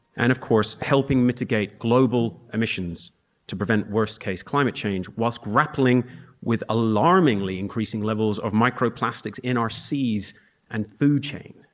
and of course helping mitigate global emissions to prevent worst-case climate change, whilst grappling with alarmingly increasing levels of micro-plastics in our seas and food chain.